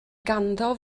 ganddo